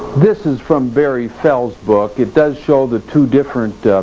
this is from barry fells book, it does show the two different